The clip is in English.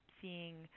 seeing